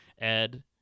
Ed